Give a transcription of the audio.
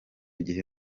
gihe